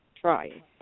Try